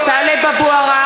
(קוראת בשמות חברי הכנסת) טלב אבו עראר,